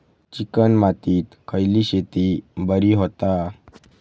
Chicken मातीत खयली शेती बरी होता?